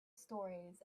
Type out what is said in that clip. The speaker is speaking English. stories